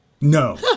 No